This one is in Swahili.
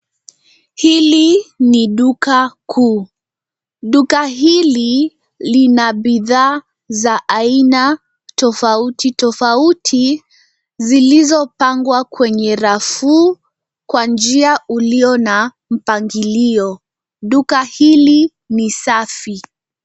Hili ni duka kuu. Duka hili lina bidhaa za aina tofauti tofauti zilizopangwa kwenye rafu kwa njia uliyo na mpangilio. Duka hili ni safi.